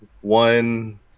one